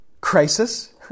crisis